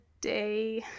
day